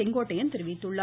செங்கோட்டையன் தெரிவித்துள்ளார்